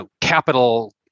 capital